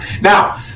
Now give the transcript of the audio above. Now